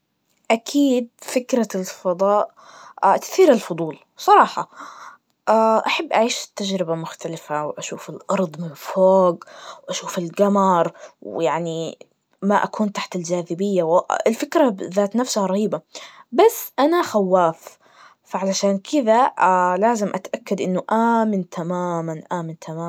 أكيد فكرة الفضاء تثير الفضول بصراحة, أحب أعيش تجربة مختلفة واشوف الأرض من فوق, واشوف القمر, ويعني ما أكون تحت الجاذبية, وأ- الفكرة ذات نفسها رهيبة, بس أنا خواف, فعلشان كدا لازم أتأكد إنه آمن تماماً, ,آمن تماماً.